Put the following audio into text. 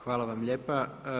Hvala vam lijepa.